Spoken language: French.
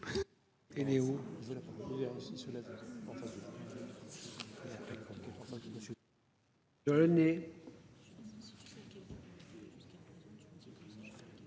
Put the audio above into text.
...